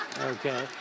Okay